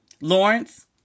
Lawrence